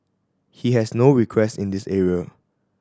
he has no request in this area